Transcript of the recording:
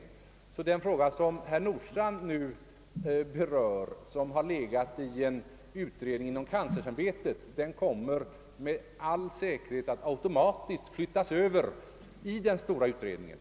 Den fråga som herr Nordstrandh nu berörde och som legat under utredning inom kanslersämbetet kommer med all säkerhet att automatiskt flyttas över till den stora utredningen.